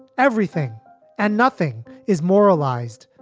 everything and nothing is moralized,